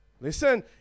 Listen